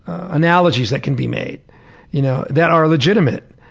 analogies that can be made you know that are legitimate.